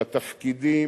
לתפקידים,